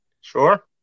Sure